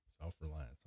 Self-reliance